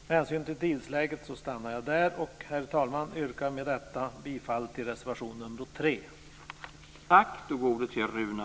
Med hänsyn till tidsläget stannar jag där och yrkar med detta, herr talman, bifall till reservation 3.